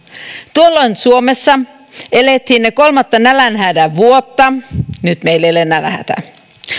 tuolloin suomessa elettiin kolmatta nälänhädän vuotta nyt meillä ei ole nälänhätä